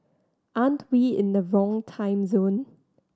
aren't we in the wrong time zone